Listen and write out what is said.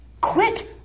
Quit